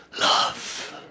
love